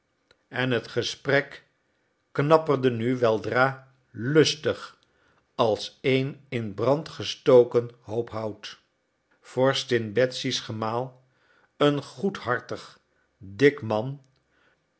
en het gesprek knapperde nu weldra lustig als een in brand gestoken hoop hout vorstin betsy's gemaal een goedhartig dik man